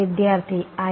വിദ്യാർത്ഥി I